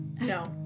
No